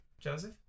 Joseph